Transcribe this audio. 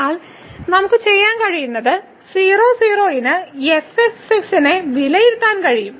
എന്നാൽ നമുക്ക് ചെയ്യാൻ കഴിയുന്നത് 0 0 ന് fxx നെ വിലയിരുത്താൻ കഴിയും